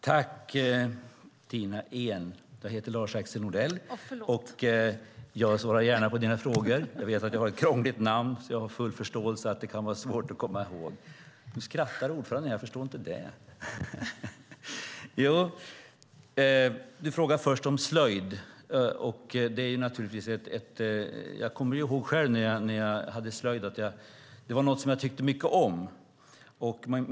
Herr talman! Tack, Tina Ehn! Jag heter Lars-Axel Nordell. : Oh, förlåt!) Jag svarar gärna på dina frågor. Jag vet att jag har ett krångligt namn, så jag har full förståelse för att det kan vara svårt att komma ihåg. Nu skrattar herr talmannen, jag förstår inte det. Du frågar först om slöjd. Jag kommer ju ihåg när jag själv hade slöjd. Det var något som jag tyckte mycket om.